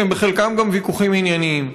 שהם בחלקם גם ויכוחים ענייניים.